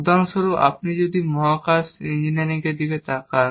উদাহরণস্বরূপ আপনি যদি মহাকাশ ইঞ্জিনিয়ারিং এর দিকে তাকান